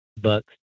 bucks